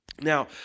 now